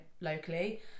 locally